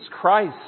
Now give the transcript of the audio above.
Christ